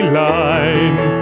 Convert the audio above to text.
line